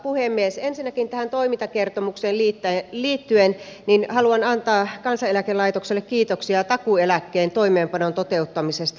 ensinnäkin tähän toimintakertomukseen liittyen haluan antaa kansaneläkelaitokselle kiitoksia takuueläkkeen toimeenpanon toteuttamisesta